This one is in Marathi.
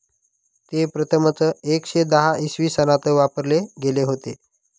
ते प्रथमच एकशे दहा इसवी सनात वापरले गेले होते